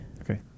Okay